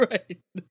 Right